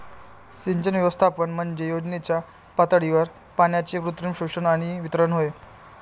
सिंचन व्यवस्थापन म्हणजे योजनेच्या पातळीवर पाण्याचे कृत्रिम शोषण आणि वितरण होय